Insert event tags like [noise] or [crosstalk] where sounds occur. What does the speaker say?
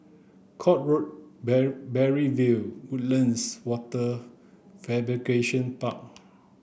Court Road [unintelligible] Parry View Woodlands Wafer Fabrication Park